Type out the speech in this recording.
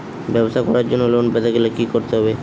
ব্যবসা করার জন্য লোন পেতে গেলে কি কি করতে হবে?